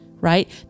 right